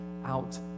out